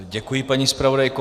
Děkuji, paní zpravodajko.